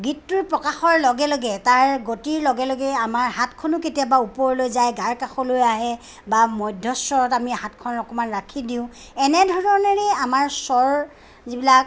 গীতটোৰ প্ৰকাশৰ লগে লগে তাৰ গতিৰ লগে লগে আমাৰ হাতখনো কেতিয়াবা ওপৰলৈ যায় গাৰ কাষলৈ আহে বা মধ্যস্বৰত আমি হাতখন অকণমান ৰাখি দিওঁ এনেধৰণেৰে আমাৰ স্বৰ যিবিলাক